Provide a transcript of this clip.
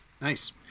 Nice